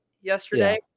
yesterday